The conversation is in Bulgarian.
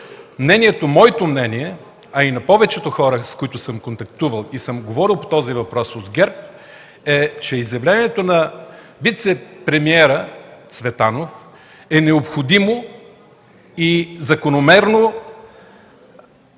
моето мнение, а и на повечето хора от ГЕРБ, с които съм контактувал и съм говорил по този въпрос, е, че изявлението на вицепремиера Цветанов е необходимо и закономерно,